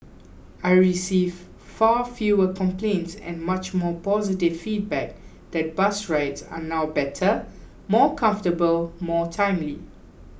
I receive far fewer complaints and much more positive feedback that bus rides are now better more comfortable more timely